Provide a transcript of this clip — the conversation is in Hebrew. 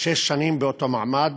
שש שנים באותו מעמד,